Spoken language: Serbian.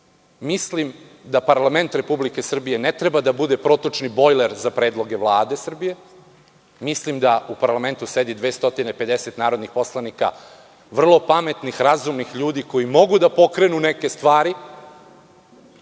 boljim. Mislim da parlament Republike Srbije ne treba da bude protočni bojler za predloge Vlade Srbije. Mislim da u parlamentu sedi 250 narodnih poslanika, vrlo pametnih razumnih ljudi, koji mogu da pokrenu neke stvari,